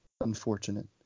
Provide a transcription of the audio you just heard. unfortunate